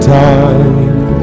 time